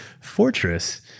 Fortress